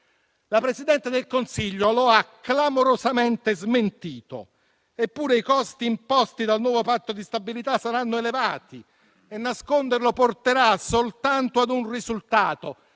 La Presidente del Consiglio lo ha clamorosamente smentito. Eppure, i costi imposti dal nuovo Patto di stabilità saranno elevati e nasconderlo porterà soltanto a un risultato: